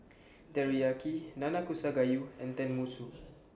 Teriyaki Nanakusa Gayu and Tenmusu